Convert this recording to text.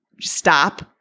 stop